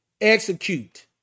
execute